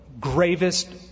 gravest